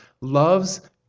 loves